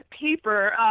paper